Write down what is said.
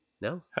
No